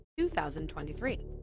2023